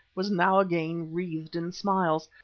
was now again wreathed in smiles.